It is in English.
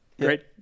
Great